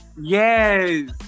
Yes